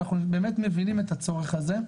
ואנחנו באמת מבינים את הצורך הזה.